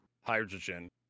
hydrogen